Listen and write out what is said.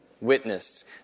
witnessed